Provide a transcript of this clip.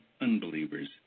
unbelievers